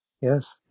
Yes